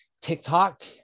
TikTok